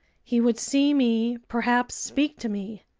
he would see me, perhaps speak to me!